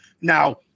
Now